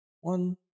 One